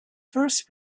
first